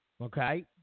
okay